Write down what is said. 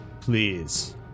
please